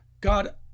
God